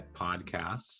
Podcasts